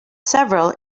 several